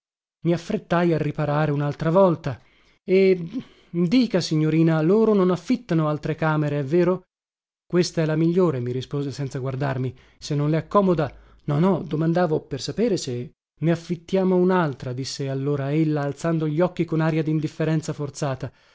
i affrettai a riparare unaltra volta e dica signorina loro non affittano altre camere è vero questa è la migliore mi rispose senza guardarmi se non le accomoda no no domandavo per sapere se ne affittiamo unaltra disse allora ella alzando gli occhi con aria dindifferenza forzata